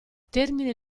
termine